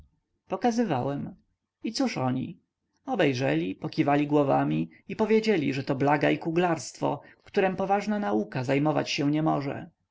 pokazywałem i cóż oni obejrzeli pokiwali głowami i powiedzieli że to blaga i kuglarstwo którem poważna nauka zajmować się nie może